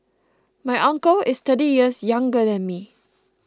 my uncle is thirty years younger than me